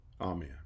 Amen